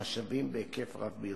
משאבים בהיקף רב ביותר."